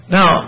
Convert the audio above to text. Now